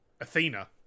athena